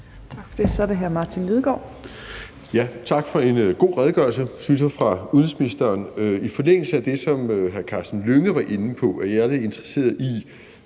Lidegaard. Kl. 15:11 Martin Lidegaard (RV): Tak for en god redegørelse, synes jeg, fra udenrigsministerens side. I forlængelse af det, som hr. Karsten Hønge var inde på, er jeg interesseret i,